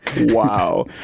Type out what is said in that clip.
Wow